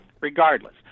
regardless